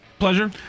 Pleasure